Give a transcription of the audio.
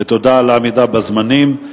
ותודה על העמידה בזמנים.